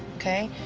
ok?